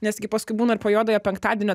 nes gi paskui būna ir po juodojo penktadienio